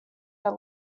are